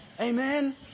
Amen